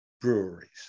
breweries